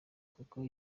kuko